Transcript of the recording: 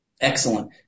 Excellent